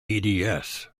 eds